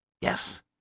Yes